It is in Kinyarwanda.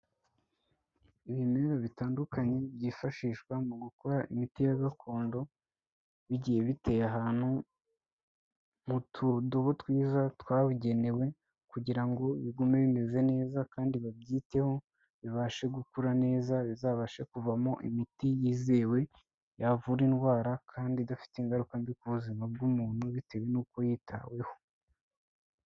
Ibimera bitandukanye byifashishwa mu gukora imiti ya gakondo bigiye biteye ahantu mu tudobo twiza twabugenewe kugira ngo bigume bimeze neza kandi babyiteho bibashe gukura neza bizabashe kuvamo imiti yizewe, yavura indwara kandi idafite ingaruka mbi ku buzima bw'umuntu, bitewe nuko yitaweho.